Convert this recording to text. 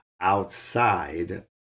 outside